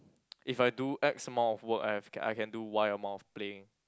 if I do X amount of work I've I can do Y amount of playing